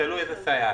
תלוי איזו סייעת.